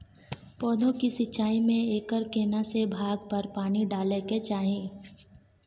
पौधों की सिंचाई में एकर केना से भाग पर पानी डालय के चाही?